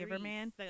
Man